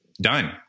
Done